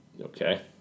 Okay